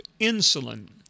insulin